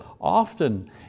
often